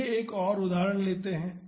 आइए एक और उदाहरण लेते हैं